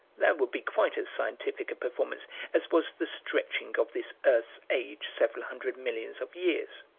that would be quite as scientific a performance as was the stretching of this earth's age several hundred millions of years.